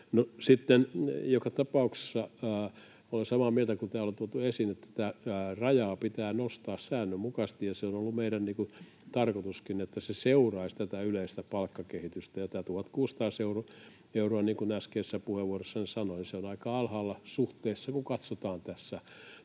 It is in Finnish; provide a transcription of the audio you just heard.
Sitten, joka tapauksessa olen samaa mieltä, kun täällä on tuotu esiin, että tätä rajaa pitää nostaa säännönmukaisesti. Se on ollut meidän tarkoituskin, että se seuraisi tätä yleistä palkkakehitystä, ja tämä 1 600 euroa, niin kuin äskeisessä puheenvuorossani sanoin, on aika alhaalla suhteessa, kun katsotaan tässä